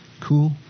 cool